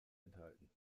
enthalten